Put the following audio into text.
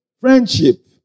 friendship